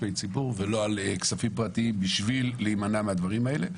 ולא על כספים פרטיים בשביל להימנע מהדברים הללו.